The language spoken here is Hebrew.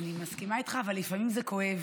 אני מסכימה איתך, אבל לפעמים זה כואב.